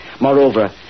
Moreover